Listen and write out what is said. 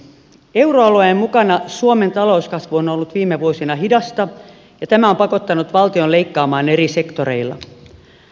euroalueen mukana suomen talouskasvu on ollut viime vuosina hidasta ja tämä on pakottanut valtion leikkaamaan eri sektoreilla